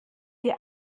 ihr